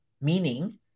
meaning